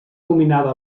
nominada